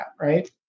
Right